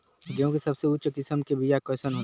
गेहूँ के सबसे उच्च किस्म के बीया कैसन होला?